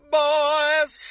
boys